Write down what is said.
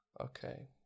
Okay